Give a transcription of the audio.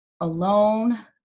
alone